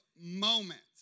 moments